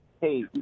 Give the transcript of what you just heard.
Hey